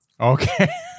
Okay